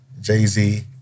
Jay-Z